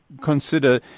consider